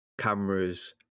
cameras